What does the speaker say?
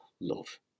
love